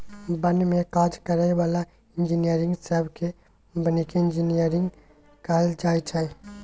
बन में काज करै बला इंजीनियरिंग सब केँ बानिकी इंजीनियर कहल जाइ छै